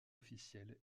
officielle